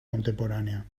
contemporánea